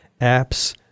apps